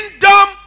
kingdom